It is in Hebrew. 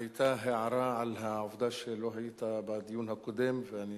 היתה הערה שלא היית בדיון הקודם.